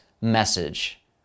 message